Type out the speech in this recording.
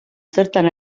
zertan